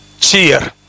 cheer